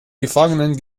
gefangenen